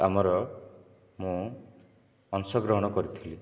ଆମର ମୁଁ ଅଂଶଗ୍ରହଣ କରିଥିଲି